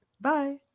bye